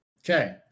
Okay